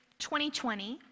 2020